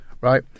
right